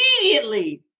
immediately